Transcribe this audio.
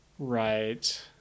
Right